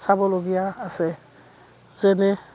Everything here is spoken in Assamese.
চাবলগীয়া আছে যেনে